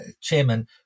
chairman